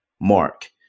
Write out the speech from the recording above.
mark